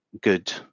good